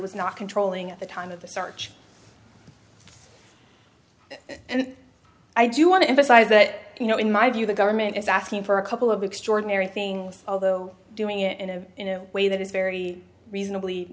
was not controlling at the time of the search and i do want to emphasize that you know in my view the government is asking for a couple of extraordinary things although doing it in a way that is very reasonably